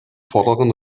vorderen